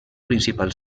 principal